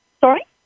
Sorry